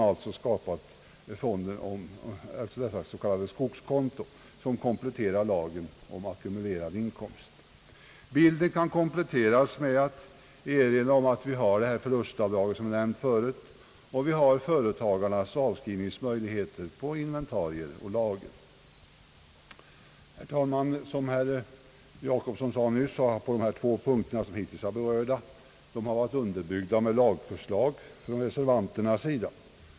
Bilden kan kompletteras med en erinran om att vi har det förlustavdrag, som är nämnt förut, och vi har företagarnas möjligheter till avskrivning på inventarier och lager. Som herr Jacobsson sade nyss har de två punkter som hittills berörts varit underbyggda med lagförslag från reservanternas sida.